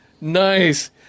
Nice